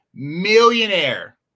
Millionaire